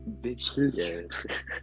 bitches